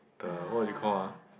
the what do you call ah